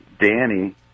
danny